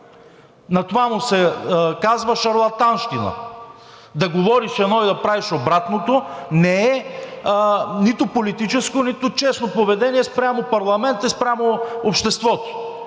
На това му се казва шарлатанщина. Да говориш едно и да правиш обратното, не е нито политическо, нито честно поведение спрямо парламента и спрямо обществото.